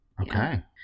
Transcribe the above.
Okay